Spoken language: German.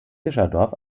fischerdorf